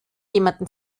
jemanden